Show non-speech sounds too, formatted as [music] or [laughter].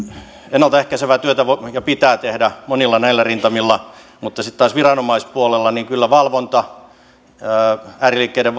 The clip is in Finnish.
ennaltaehkäisevää työtä voi ja pitää tehdä monilla näillä rintamilla sitten taas viranomaispuolella on kyllä ääriliikkeiden [unintelligible]